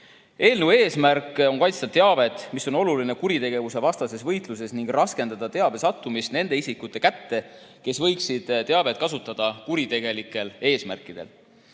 Eelnõu eesmärk on kaitsta teavet, mis on oluline kuritegevusvastases võitluses, ning raskendada teabe sattumist nende isikute kätte, kes võiksid seda kasutada kuritegelikel eesmärkidel.